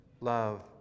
love